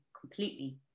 completely